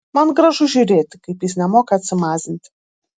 man gražu žiūrėti kaip jis nemoka atsimazinti